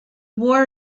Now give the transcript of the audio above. war